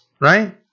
right